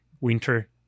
winter